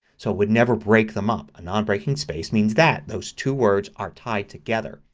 so it would never break them up. a non breaking space means that. those two words are tied together.